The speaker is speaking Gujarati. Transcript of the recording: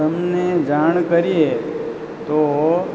તમને જાણ કરીએ તો